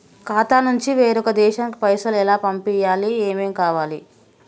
ఖాతా నుంచి వేరొక దేశానికి పైసలు ఎలా పంపియ్యాలి? ఏమేం కావాలి?